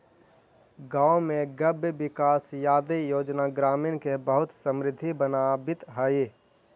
गाँव में गव्यविकास आदि योजना ग्रामीण के बहुत समृद्ध बनावित हइ